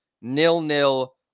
nil-nil